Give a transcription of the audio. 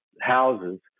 houses